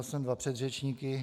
Měl jsem dva předřečníky.